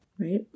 Right